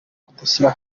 kudashyira